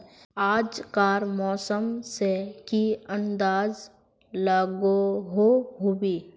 आज कार मौसम से की अंदाज लागोहो होबे?